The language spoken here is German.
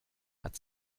hat